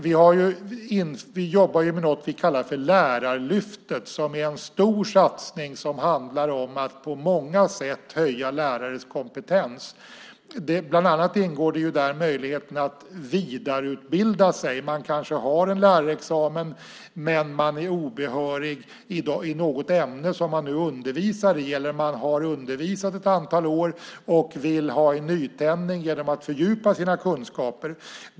Vi jobbar ju med något vi kallar för Lärarlyftet. Det är en stor satsning som handlar om att på många sätt höja lärares kompetens. Bland annat ingår där möjligheten att vidareutbilda sig. Man kanske har en lärarexamen men är obehörig i något ämne som man undervisar i, eller man har kanske undervisat ett antal år och vill ha en nytändning genom att fördjupa sina kunskaper.